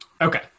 Okay